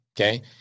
Okay